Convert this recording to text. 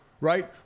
right